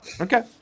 Okay